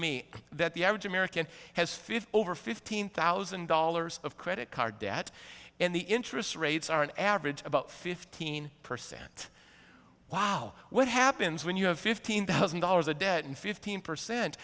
me that the average american has fifty over fifteen thousand dollars of credit card debt and the interest rates are on average about fifteen percent wow what happens when you have fifteen thousand dollars a day and fifteen percent